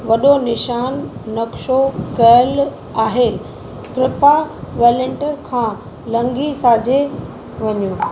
वॾो निशान नक्शो कयल आहे कृपा वेलेंट खां लंघी साॼे वञो